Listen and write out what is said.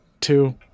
two